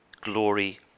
glory